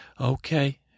Okay